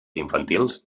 infantils